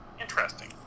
interesting